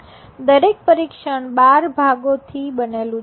દરેક પરીક્ષણ ૧૨ ભાગોથી બનેલુ છે